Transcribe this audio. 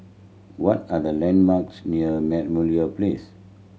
what are the landmarks near Place